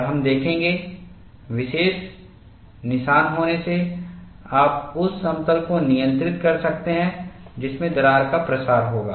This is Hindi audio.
और हम देखेंगे विशेष निशान होने से आप उस समतल को नियंत्रित कर सकते हैं जिसमें दरार का प्रसार होगा